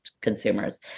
consumers